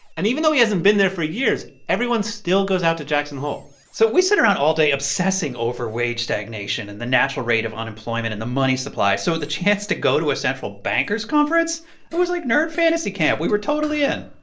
and even though he hasn't been there for years, everyone still goes out to jackson hole so we sit around all day obsessing over wage stagnation and the natural rate of unemployment and the money supply, so the chance to go to a central bankers' conference it was like nerd fantasy camp. we were totally in